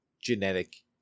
genetic